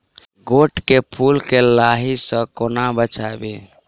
गोट केँ फुल केँ लाही सऽ कोना बचाबी?